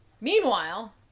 Meanwhile